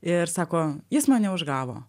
ir sako jis mane užgavo